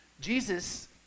Jesus